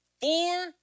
four